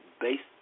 based